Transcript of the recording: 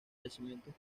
yacimientos